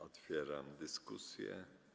Otwieram dyskusję.